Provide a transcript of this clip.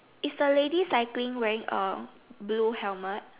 is the lady cycling wearing a blue helmet